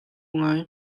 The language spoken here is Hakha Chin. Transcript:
ngai